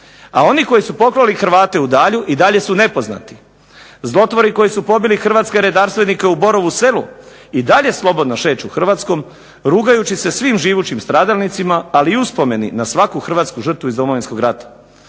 A oni koji su poklali Hrvate u DAlju i dalje su nepoznati. Zlotvori koji su pobili hrvatske redarstvenike u Borovu selu i dalje slobodno šeću Hrvatskom rugajući se svim živućim stradalnicima, ali i uspomeni na svaku hrvatsku žrtvu iz Domovinskog rata.